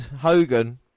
Hogan